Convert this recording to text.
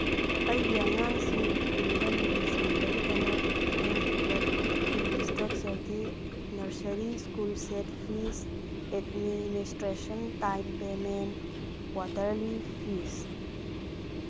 ꯑꯩꯒꯤ ꯑꯉꯥꯡꯁꯤꯡꯕꯨ ꯁ꯭ꯀꯨꯜꯗ ꯃꯤꯡ ꯆꯟꯕꯒꯤꯗꯃꯛ ꯑꯩꯅ ꯄꯤꯕ ꯐꯤꯒꯤ ꯏꯁꯇ꯭ꯔꯛꯆꯔꯗꯤ nursery school seat fees administration time payment quarterly fees